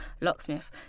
Locksmith